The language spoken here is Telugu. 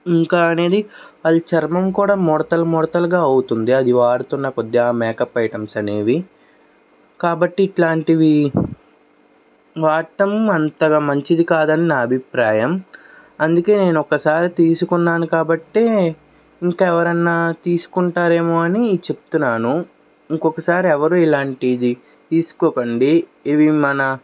ఇంకా అనేది వాళ్ళ చర్మం కూడా ముడతలు ముడతలుగా అవుతుంది అది వాడుతున్న కొద్ది ఆ మేకప్ ఐటమ్స్ అనేవి కాబట్టి ఇట్లాంటివి వాటం అంతగా మంచిది కాదని నా అభిప్రాయం అందుకే నేను ఒకసారి తీసుకున్నాను కాబట్టి ఇంకా ఎవరన్నా తీసుకుంటారేమో అని చెప్తున్నాను ఇంకొకసారి ఎవరు ఇలాంటిది తీసుకోకండి ఇవి మన